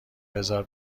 بزار